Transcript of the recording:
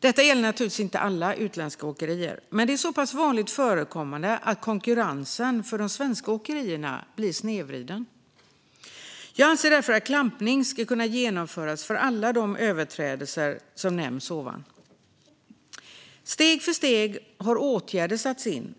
Detta gäller naturligtvis inte alla utländska åkerier, men det är så pass vanligt förekommande att konkurrensen för de svenska åkerierna blir snedvriden. Jag anser därför att klampning ska kunna genomföras för alla de överträdelser som jag nyss nämnde. Steg för steg har åtgärder satts in.